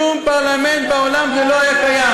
בשום פרלמנט בעולם זה לא היה קיים.